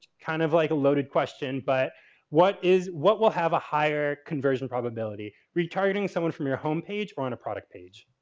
kind of like a loaded question, but what is, what will have a higher conversion probability retargeting someone from your home or and a product page?